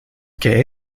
que